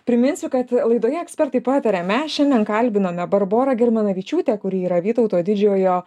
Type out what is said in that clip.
priminsiu kad laidoje ekspertai pataria mes šiandien kalbinome barborą germanavičiūtę kuri yra vytauto didžiojo